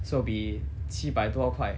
so be 七百多块